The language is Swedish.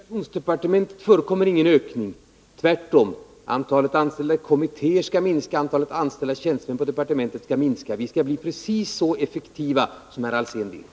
Herr talman! Jag lovar herr Alsén att på kommunikationsdepartementet förekommer ingen ökning. Tvärtom — antalet ledamöter i kommittéer skall minska. Antalet anställda tjänstemän på departementet skall minska. Vi skall bli precis så effektiva som herr Alsén vill.